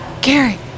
Gary